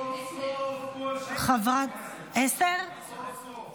סוף-סוף קול שפוי בכנסת, סוף-סוף.